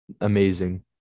amazing